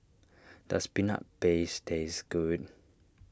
does Peanut Paste taste good